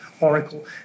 Oracle